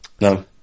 No